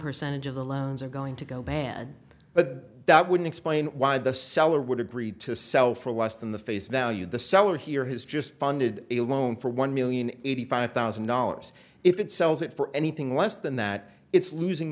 percentage of the loans are going to go bad but that wouldn't explain why the seller would agree to sell for less than the face value the seller here has just funded a loan for one million eighty five thousand dollars if it sells it for anything less than that it's losing